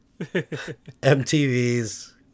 MTV's